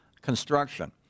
construction